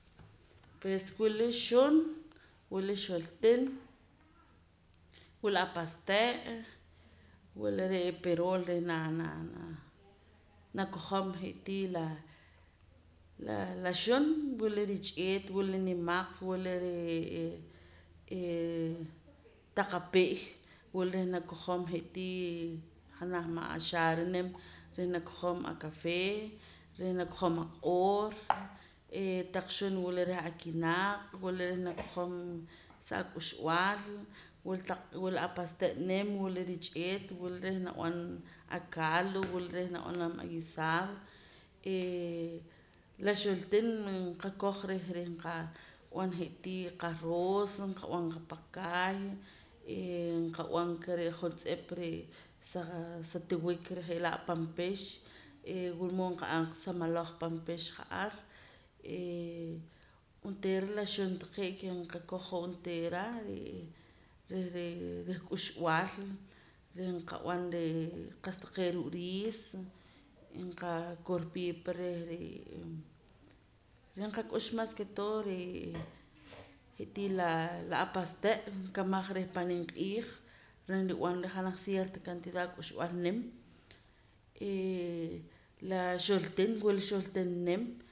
Pues wula xun wula xortin wula apaste' wula re' perool reh na naa nakojom je'tii la laa xun wila rich'eet wula nimaq wula re'ee eeh taq api'y wula reh nakojom je'tii janaj ma' axaara nim reh nakojom acafé reh nakojom aq'oor eh taq xun wula reh akinaaq' wula reh nakojom sa ak'uxb'aal wula taq wula apaste' nim wila rich'eet wula reh nab'an acaldo wula reh nab'anam aguisado hee la xortin nqakoj reh re' nqab'an je'tii qaroos nqab'an qapakaay eeh nqab'an ka re' juntz'ep saa sa tiwik reh je'laa' pan pix hee wula mood nqa'an qa sa maloj pan pix ja'ar hee onteera la xun taqee' ke nqakoj hoj onteera reh ree' reh k'uxb'al reh nqab'an re' qa'sa taqee' ruu' riis nqakorpii pa reh ree' reh nqak'ux mas ke todo jee' je'tii laa la apaste' nkamaj reh pan nimq'iij reh nrib'ana ra janaj cierta cantidad k'uxb'al nim eeh la xortin wila xortin nim